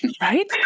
Right